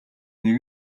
нэг